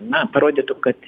na parodytų kad